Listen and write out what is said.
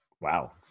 wow